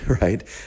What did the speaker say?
right